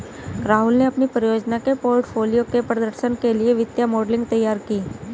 राहुल ने अपनी परियोजना के पोर्टफोलियो के प्रदर्शन के लिए वित्तीय मॉडलिंग तैयार की